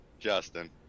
Justin